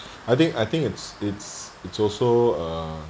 I think I think it's it's it's also uh